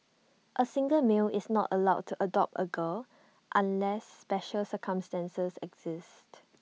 A single male is not allowed to adopt A girl unless special circumstances exist